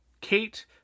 Kate